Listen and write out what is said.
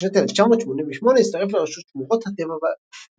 ובשנת 1988 הצטרף לרשות שמורות הטבע ועבד